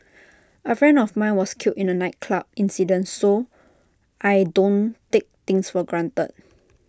A friend of mine was killed in A nightclub incident so I don't take things for granted